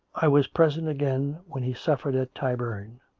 i was present again when he suffered at tyburn,